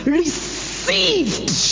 received